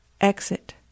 Exit